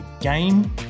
game